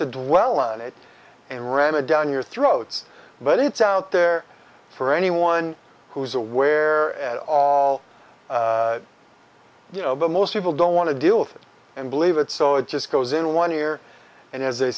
do well on it and ran it down your throats but it's out there for anyone who is aware at all you know but most people don't want to deal with it and believe it so it just goes in one ear and as